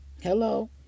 hello